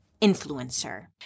influencer